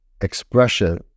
expression